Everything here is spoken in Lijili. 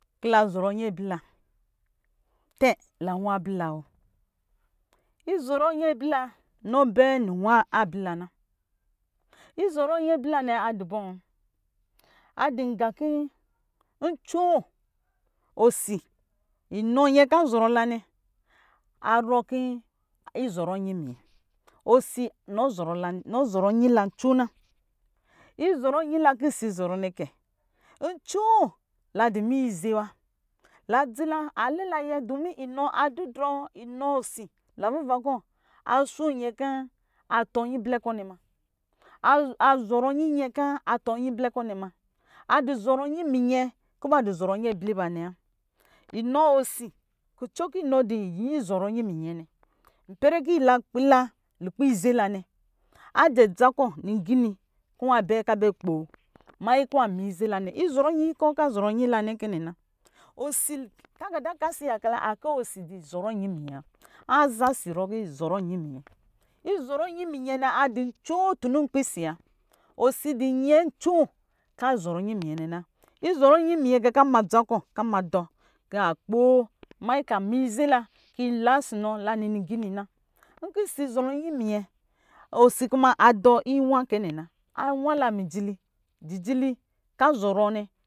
Kɔ la zɔrɔ nyi ablila tɛ la nwa ablila wo lzɔrɔ nyi ablila nɔnbɛ ninwa ablila na izɔrɔ nyi ablila nɛ adu bɔ adu nga kɔ nwo osi inɔ nyɛ kɔ azɔrɔ la nɛ arɔ kɔ izɔrɔ nyi yɛ nɔ zɔrɔ la na nɔ zɔrɔ nyi la nwo na izɔrɔ nyi la kɔ osi zɔrɔ nɛ kɛ, ncoo la du minyɛ ize wa la dzilɛ alɛ ala yɛ domi adudrɔɔ inɔ osi naviva kɔ nɛ ma azɔrɔ nyi nyɛ kɔ atɔɔ nyi blɛ kɔ nɛ ma osi zɔrɔ nyi minyɛ kɔ ba zɔrɔ nyi abliba nɛwa inɔ osi kvcɔ kɔ nɔ dɔ izɔrɔ nyi minyɛ nɛ wa ipɛrɛ kɔ ila kpi la lukpɛ ize la nɛ ajɛ dza kɔ lingini kɔ wa bɛ kpo minyin kɔ wa ma ize la nɛ izɔrɔ nyi kɔ azɔrɔ nyi la nɛ kɛ nɛna taka da ka si ayaka la akɔ osi dɔ zɔrɔ nyin minyɛ wa aza si rɔ kɔ izɔrɔ nyi minyɛ izɔrɔ myi minyɛ nɛ adu ncvo tunu nkpi si wa osi du nyɛ ncoo kɔ a zɔrɔ nyin minyɛ nɛ na izɔrɔ nyin minyɛ nɛ na izɔrɔ nyin minyɛ kɛ kɔ ama dza kɔ kɔa kpo minyɛ kɔ ama ize la manyi kɔ ila ɔsɔ nɔla ni lingini na nkɔ osi zɔrɔ nyi minyɛ a yaka kɔ osi adu inwa kɛ nɛ na a wa la jijili jijili kɔa zɔrɔ nɛ